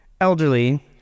elderly